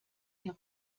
ihr